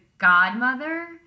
godmother